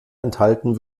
enthalten